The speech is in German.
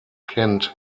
kent